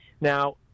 Now